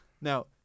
Now